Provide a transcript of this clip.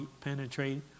penetrate